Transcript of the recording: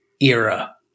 Era